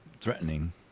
threatening